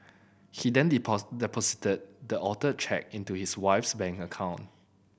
he then deposited the altered cheque into his wife's bank account